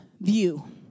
view